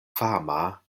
fama